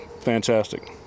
fantastic